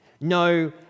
No